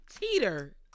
Teeter